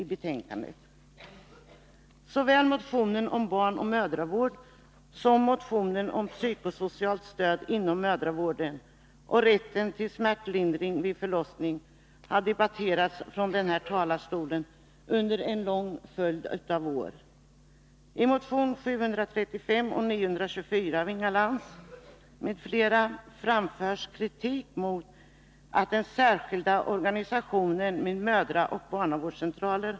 Innehållet i såväl motionen om barnaoch mödravård som motionen om psykosocialt stöd inom mödravården och rätten till smärtlindring vid förlossning har under en följd av år debatterats från denna talarstol.